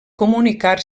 comunicar